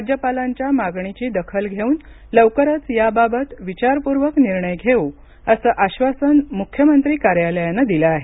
राज्यपालांच्या मागणीची दखल घेऊन लवकरच याबाबत निर्णय घेऊ असं आश्वासन मुख्यमंत्री कार्यालयानं दिलं आहे